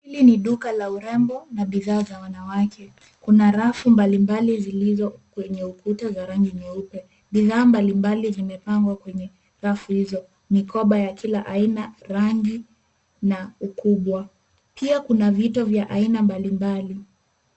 Hili ni duka la urembo na bidhaa za wanawake kuna rafu mbalimbali zlilizo kwenye ukuta za rangi nyeupe. Bidhaa mbalimbali zimepangwa kwenye rafu hizo. Mikoba ya kila aina, rangi na ukubwa pia kuna viito vya aina mbalimbali.